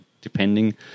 depending